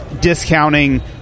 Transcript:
discounting